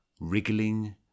wriggling